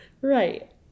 Right